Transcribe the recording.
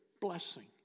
blessing